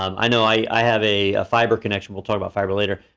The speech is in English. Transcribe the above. um i know i have a fiber connection, we'll talk about fiber later.